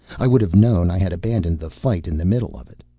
i would have known i had abandoned the fight in the middle of it.